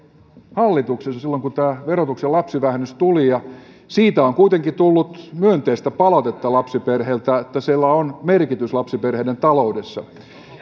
hallituksessa silloin kun tämä verotuksen lapsivähennys tuli ja siitä on on kuitenkin tullut myönteistä palautetta lapsiperheiltä että sillä on merkitys lapsiperheiden taloudessa